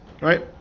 right